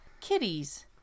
kitties